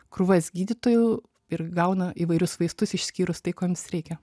krūvas gydytojų ir gauna įvairius vaistus išskyrus tai ko joms reikia